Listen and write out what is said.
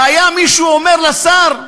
והיה מישהו אומר לשר,